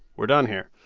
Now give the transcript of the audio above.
we're done here?